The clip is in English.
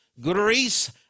Greece